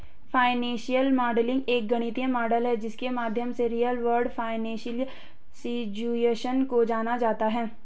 financial modelling एक गणितीय model है जिसके माध्यम से रियल वर्ल्ड फाइनेंशियल सिचुएशन को जाना जाता है